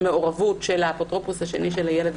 מעורבות של האפוטרופוס השני של הילד,